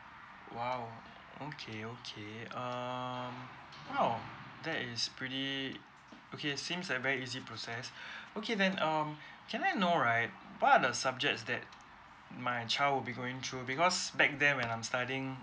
!wow! okay okay um !wow! that is pretty okay seems that very easy process okay then um can I know right what are the subjects that my child would be going through because back then when I'm studying